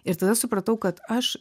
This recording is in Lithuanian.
ir tada supratau kad aš